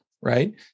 Right